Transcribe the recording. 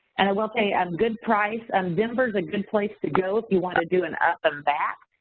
and i will say, um good price, and denver's a good place to go if you wanna do an up and back,